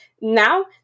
now